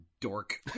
dork